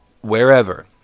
wherever